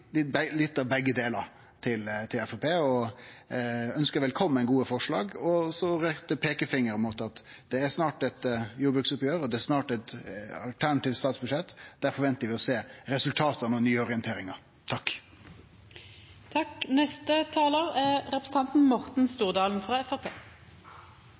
begge delar – til Framstegspartiet, ønskje velkommen gode forslag og rette peikefinger mot at det snart er eit jordbruksoppgjer, og det er snart eit alternativt statsbudsjett. Der ventar vi å sjå resultat av